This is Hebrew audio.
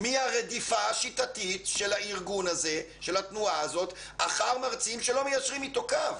מהרדיפה השיטתית של התנועה הזאת אחר מרצים שלא מיישרים איתו קו.